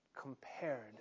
compared